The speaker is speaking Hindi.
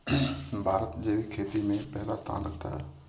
भारत जैविक खेती में पहला स्थान रखता है